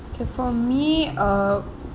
okay for me uh